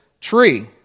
tree